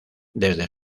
desde